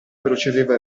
procedeva